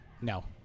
No